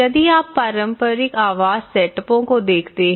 यदि आप पारंपरिक आवास सेटअपों को देखते हैं